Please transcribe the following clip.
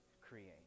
create